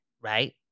right